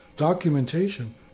Documentation